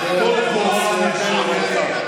טול קורה מבין עיניך.